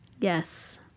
Yes